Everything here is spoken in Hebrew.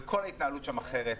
וכל ההתנהלות שם אחרת.